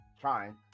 trying